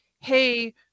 hey